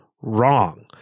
wrong